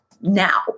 now